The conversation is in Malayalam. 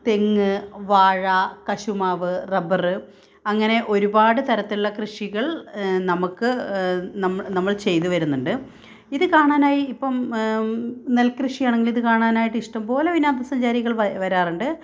തെങ്ങ് വാഴ കശുമാവ് റബ്ബർ അങ്ങനെ ഒരുപാട് തരത്തിലുള്ള കൃഷികള് നമുക്ക് നമ്മൾ ചെയ്തു വരുന്നുണ്ട് ഇത് കാണാനായി ഇപ്പം നെല്കൃഷിയാണെങ്കിലും ഇത് കാണാനായിട്ട് ഇഷ്ടംപോലെ വിനോദസഞ്ചാരികള് വരാറുണ്ട്